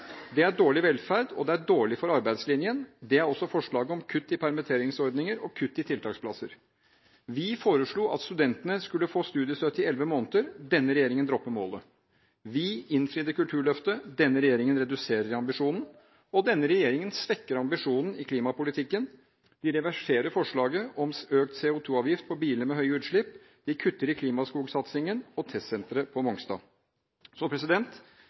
er dårlig for arbeidslinjen. Det er også forslaget om kutt i permitteringsordninger og kutt i tiltaksplasser. Vi foreslo at studentene skulle få studiestøtte i elleve måneder, denne regjeringen dropper målet. Vi innfridde kulturløftet, denne regjeringen reduserer i ambisjonen. Denne regjeringen svekker ambisjonen i klimapolitikken, de reverserer forslaget om økt CO2-avgift påbiler med høye utslipp, de kutter i klimaskogsatsingen og testsenteret på Mongstad.